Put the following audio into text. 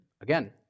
again